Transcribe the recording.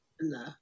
No